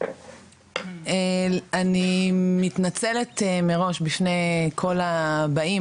אני מתנצלת מראש בפני כל הבאים,